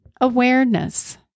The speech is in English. Awareness